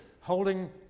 holding